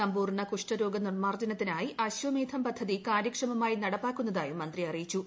സമ്പൂർണ്ണ കുഷ്ഠരോഗ നിർമ്മാർജ്ജനത്തിനായി അശ്വമേധം പദ്ധതി കാര്യക്ഷമമായി നടപ്പാക്കുന്നതായും മന്ത്രി അറിയിച്ചു